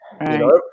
Right